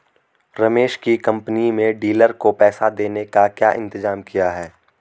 रमेश की कंपनी में डीलर को पैसा देने का क्या इंतजाम किया है?